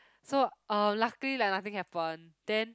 so uh luckily like nothing happen then